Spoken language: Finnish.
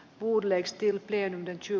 uudelle esti lehden syy